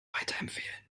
weiterempfehlen